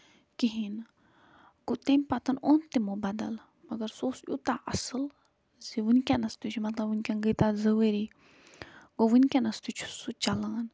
کِہیٖنٛۍ نہٕ گوٚو تَمہِ پَتہٕ اوٚن تِمَو بدل مَگر سُہ اوس یوٗتاہ اَصٕل زِ ؤنکٮ۪نس تہِ چھُ مطلب ؤنکٮ۪ن گٔے تَتھ زٕ ؤری گوٚو ؤنکٮ۪نَس تہِ چھُ سُہ چَلان